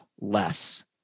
less